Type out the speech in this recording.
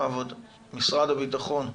בכבוד, משרד הביטחון.